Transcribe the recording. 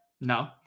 No